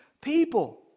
people